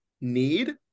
need